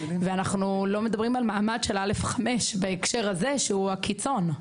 ואנחנו לא מדברים על מעמד של (א)(5) בהקשר הזה שהוא הקיצון.